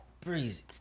Breezy